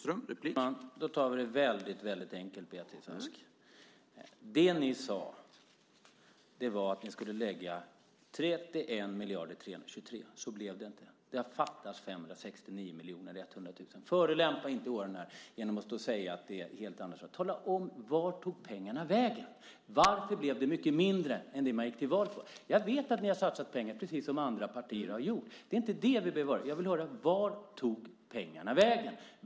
Herr talman! Vi tar det väldigt enkelt, Beatrice Ask. Det ni sade var att ni skulle lägga 31 miljarder 323 miljoner kronor. Så blev det inte. Det fattas 569 100 000 kr. Förolämpa inte åhörarna genom att stå här och säga någonting helt annat! Tala om vart pengarna tog vägen! Varför blev det mycket mindre än det man gick till val på? Jag vet att ni har satsat pengar, precis som andra partier gjort. Det är inte det jag vill höra, utan jag vill höra vart pengarna tog vägen.